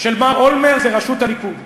של מר אולמרט לראשות הליכוד.